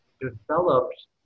developed